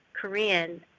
Korean